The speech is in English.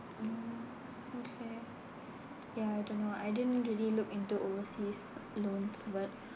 get mm okay ya I don't know I didn't really look into overseas loans but